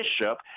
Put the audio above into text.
bishop